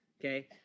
Okay